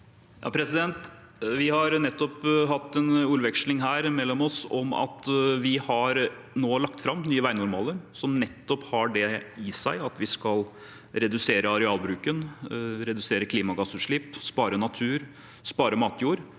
Vi har nett- opp hatt en ordveksling her mellom oss om at vi nå har lagt fram nye veinormaler som nettopp har det i seg at vi skal redusere arealbruken, redusere klimagassutslipp og spare natur og matjord.